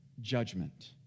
judgment